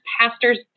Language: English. pastors